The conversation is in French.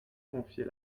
confier